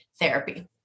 therapy